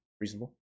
Reasonable